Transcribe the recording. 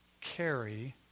carry